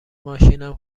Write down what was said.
ماشینم